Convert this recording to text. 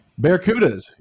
Barracudas